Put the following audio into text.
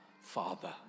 Father